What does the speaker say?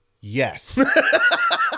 Yes